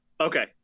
Okay